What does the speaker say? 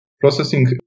processing